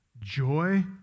joy